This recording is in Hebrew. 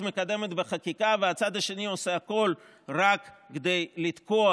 מקדמת בחקיקה והצד השני עושה הכול רק כדי לתקוע,